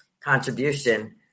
contribution